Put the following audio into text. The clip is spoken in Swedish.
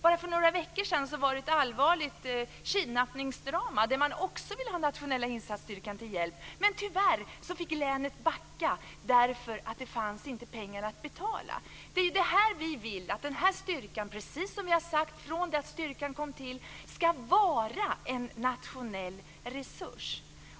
Bara för några veckor sedan var det ett allvarligt kidnappningsdrama då man också ville ha Nationella insatsstyrkan till hjälp, men tyvärr fick länet backa därför att det inte fanns pengar att betala med. Vi vill att den här styrkan, precis som vi har sagt från det att styrkan kom till, ska vara en nationell resurs.